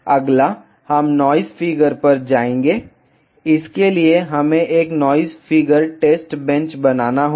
अगला हम noise figure पर जाएंगे इसके लिए हमें एक नॉइस फिगर टेस्ट बेंच बनाना होगा